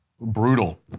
brutal